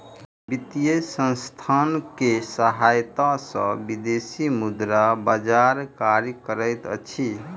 वित्तीय संसथान के सहायता सॅ विदेशी मुद्रा बजार कार्य करैत अछि